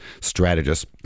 strategist